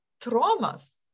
traumas